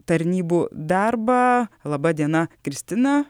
tarnybų darbą laba diena kristina